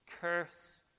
curse